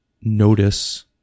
notice